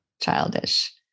childish